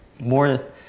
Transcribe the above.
more